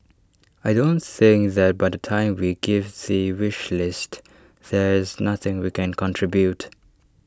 I don't think that by the time we give the wish list there is nothing we can contribute